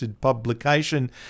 Publication